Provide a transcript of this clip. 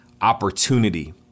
opportunity